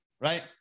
Right